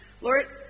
Lord